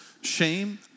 shame